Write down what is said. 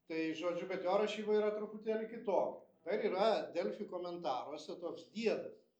tai žodžiu bet jo rašyba yra truputėlį kitokia dar yra delfi komentaruose toks diedas